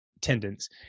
Tendons